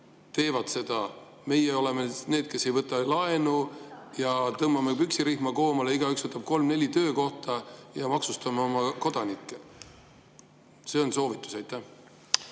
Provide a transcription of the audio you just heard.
teevad seda. Meie oleme need, kes ei võta laenu, tõmbame püksirihma koomale, igaüks võtab 3–4 töökohta ja maksustame oma kodanikke. See on soovitus. Aitäh!